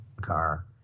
car